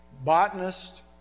botanist